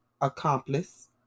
accomplice